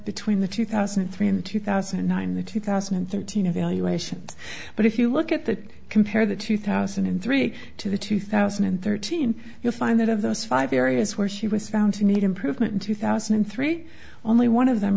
between the two thousand and three and two thousand and nine the two thousand and thirteen evaluations but if you look at that compare the two thousand and three to two thousand and thirteen you'll find that of those five areas where she was found to need improvement in two thousand and three only one of them